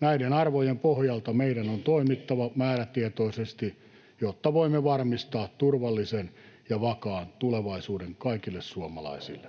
Näiden arvojen pohjalta meidän on toimittava määrätietoisesti, jotta voimme varmistaa turvallisen ja vakaan tulevaisuuden kaikille suomalaisille.